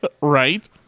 Right